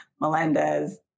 Melendez